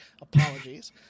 apologies